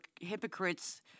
hypocrites